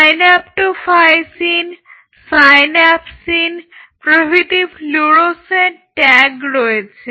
synaptophysin synapsin প্রভৃতি fluorescent tag রয়েছে